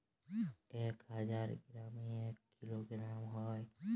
এক হাজার গ্রামে এক কিলোগ্রাম হয়